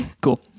Cool